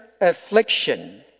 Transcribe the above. affliction